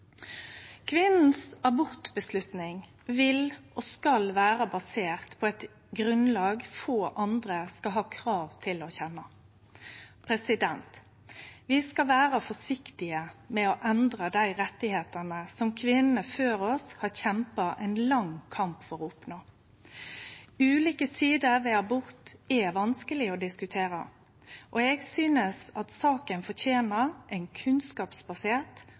vil og skal vere basert på eit grunnlag få andre skal ha krav på å kjenne. Vi skal vere varsame med å endre dei rettane kvinnene før oss har kjempa ein lang kamp for å oppnå. Ulike sider ved abort er vanskelege å diskutere. Eg synest saka fortener ein kunnskapsbasert